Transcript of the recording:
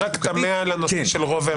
אני אשמור לך את סכום זמן